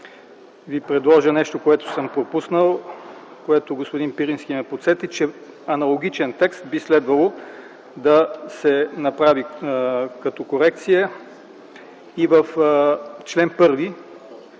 Ви предложа нещо, което съм пропуснал, което господин Пирински ме подсети – че аналогичен текст би следвало да се направи като корекция и в чл.